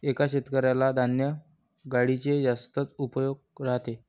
एका शेतकऱ्याला धान्य गाडीचे जास्तच उपयोग राहते